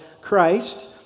Christ